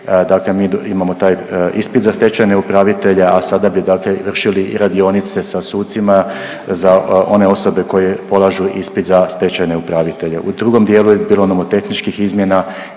dakle mi imamo taj ispit za stečajne upravitelje, a sada bi, dakle vršili i radionice sa sucima za one osobe koje polažu ispit za stečajne upravitelje. U drugom dijelu je bilo nomotehničkih izmjena